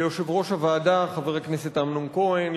ליושב-ראש הוועדה חבר הכנסת אמנון כהן,